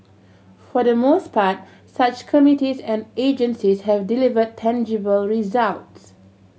for the most part such committees and agencies have delivered tangible results